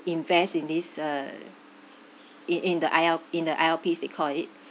invest in these uh it in the I_L in the I_L_Ps they call it